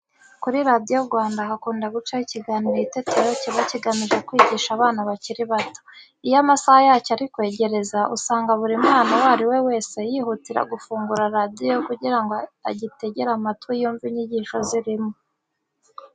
Kuri Radiyo Rwanda hakunda gucaho ikiganiro Itetero kiba kigamije kwigisha abana bakiri bato. Iyo amasaha yacyo ari kwegereza, usanga buri mwana uwo ari we wese yihutira gufungura radiyo ye kugira ngo agitegere amatwi yumve inyigisho zirimo.